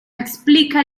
explica